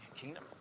kingdom